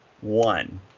One